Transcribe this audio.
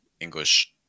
English